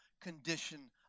condition